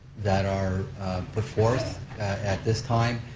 that are put forth at this time,